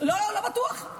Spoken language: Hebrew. לא בטוח.